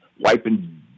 wiping